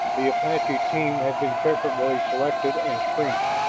the apache team had been carefully selected and screened,